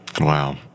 Wow